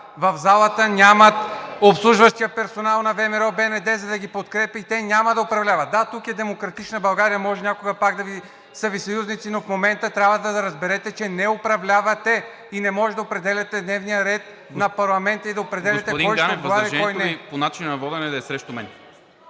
В залата нямат обслужващия персонал на ВМРО-БНД, за да ги подкрепя, и те няма да управляват. Да, тук е „Демократична България“ – може някога пак да са Ви съюзници, но в момента трябва да разберете, че не управлявате и не може да определяте дневния ред на парламента… ПРЕДСЕДАТЕЛ НИКОЛА МИНЧЕВ: Господин